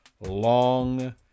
long